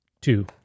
two